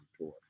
tour